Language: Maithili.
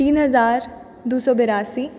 तीन हजार दू सए बेरासी